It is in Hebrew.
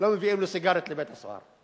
לא מביאים לו סיגריות לבית-הסוהר.